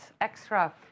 extra